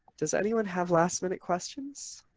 does anyone have last minute questions?